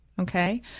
Okay